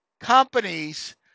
companies